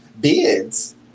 bids